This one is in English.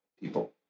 people